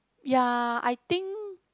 ya I think